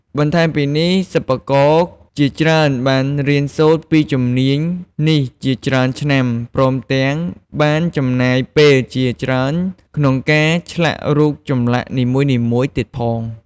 បន្ថែមពីនេះ សិប្បករជាច្រើនបានរៀនសូត្រពីជំនាញនេះជាច្រើនឆ្នាំ ព្រមទាំងបានចំណាយពេលជាច្រើនក្នុងការឆ្លាក់រូបចម្លាក់នីមួយៗទៀតផង។